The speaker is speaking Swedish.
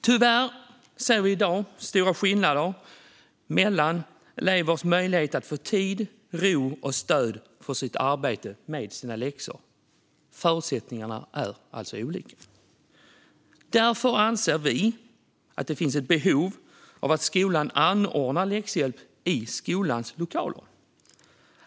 Tyvärr ser vi i dag stora skillnader mellan elevers möjligheter att få tid, ro och stöd för sitt arbete med läxor. Förutsättningarna är alltså olika. Därför anser vi att det finns ett behov av att skolan anordnar läxhjälp i skolans lokaler.